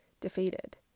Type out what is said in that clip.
defeated